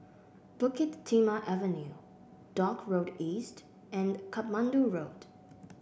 Bukit Timah Avenue Dock Road East and Katmandu Road